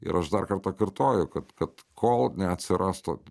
ir aš dar kartą kartoju kad kad kol neatsiras to